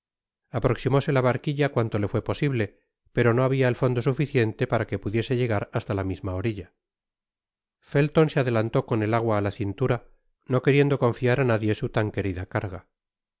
aproximóse la barquilla cuanto le fué posible pero no había el fondo suficiente para que pudiese llegar hasta la misma orilla felton se adelantó con el agua á la cintura no queriendo confiar á nadie su tan querida carga